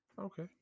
okay